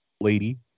lady